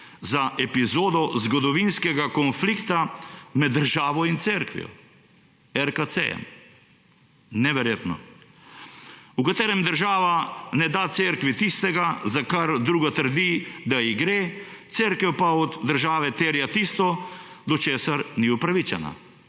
za epizodo zgodovinskega konflikta med državo in cerkvijo, RKC –neverjetno –, v katerem država ne da cerkvi tistega, za kar druga trdi, da ji gre, cerkev pa od države terja tisto, do česar ni upravičena,